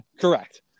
Correct